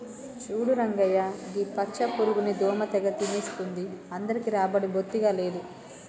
చూడు రంగయ్య గీ పచ్చ పురుగుని దోమ తెగ తినేస్తుంది అందరికీ రాబడి బొత్తిగా లేదు